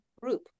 Group